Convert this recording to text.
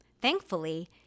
Thankfully